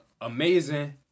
amazing